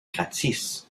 gratis